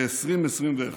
ב-2021,